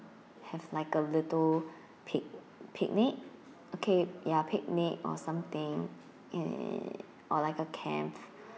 have like a little pic~ picnic okay ya picnic or something eh or like a camp